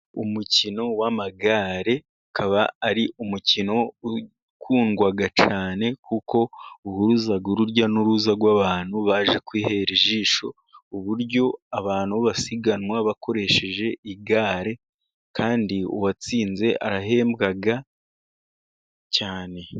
Umukino w'amagare ukaba ari umukino ukundwa cyane, kuko uhuza urujya n'uruza rw'abantu baje kwihera ijisho, uburyo abantu basiganwa bakoresheje igare, kandi uwatsinze arahembwa cyane.